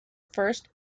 first